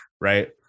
Right